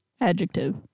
Adjective